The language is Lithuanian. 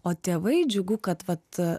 o tėvai džiugu kad vat